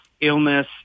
illness